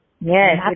Yes